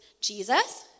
Jesus